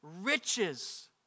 riches